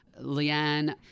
leanne